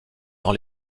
dans